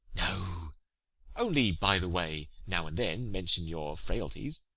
no only, by the way now and then, mention your frailties.